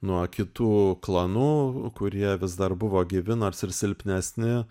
nuo kitų klanų kurie vis dar buvo gyvi nors ir silpnesni